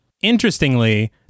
Interestingly